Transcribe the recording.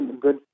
good